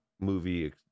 movie